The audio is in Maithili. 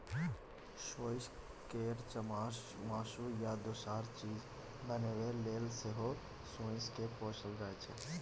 सोंइस केर चामसँ मासु या दोसर चीज बनेबा लेल सेहो सोंइस केँ पोसल जाइ छै